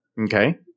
Okay